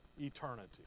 eternity